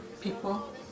people